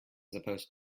supposed